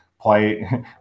play